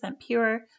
Pure